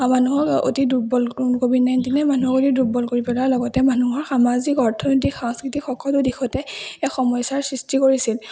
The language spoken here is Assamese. মানুহক অতি দুৰ্বল ক'ভিড নাইণ্টিনে মানুহক অতি দুৰ্বল কৰি পেলোৱাৰ লগতে মানুহৰ সামাজিক অৰ্থনৈতিক সাংস্কৃতিক সকলো দিশতে এক সমস্যাৰ সৃষ্টি কৰিছিল